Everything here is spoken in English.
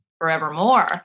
forevermore